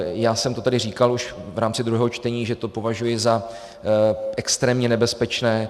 Já jsem to tady říkal už v rámci druhého čtení, že to považuji za extrémně nebezpečné.